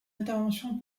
intervention